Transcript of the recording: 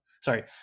Sorry